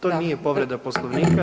To nije povreda Poslovnika.